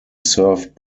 served